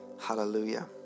hallelujah